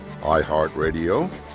iHeartRadio